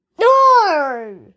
No